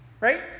right